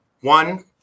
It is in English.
one